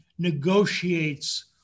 negotiates